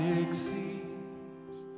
exceeds